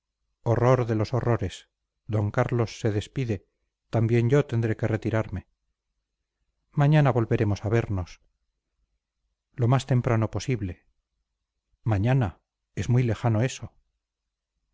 horror de los horrores d carlos se despide también yo tendré que retirarme mañana volveremos a vemos lo más temprano posible mañana es muy lejano eso